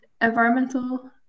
environmental